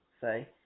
say